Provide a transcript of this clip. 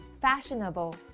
fashionable